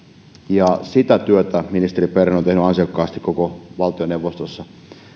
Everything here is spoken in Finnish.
ja sitä työtä ministeri berner on tehnyt ansiokkaasti valtioneuvostossa